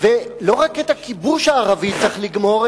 ולא רק את הכיבוש הערבי צריך לגמור,